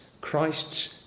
Christ's